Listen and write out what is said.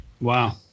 Wow